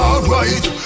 Alright